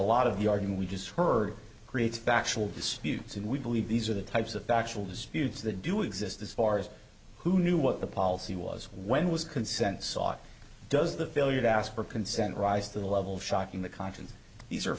yarding we just heard creates factual disputes and we believe these are the types of factual disputes that do exist as far as who knew what the policy was when was consent sought does the failure to ask for consent rise to the level of shocking the conscience these are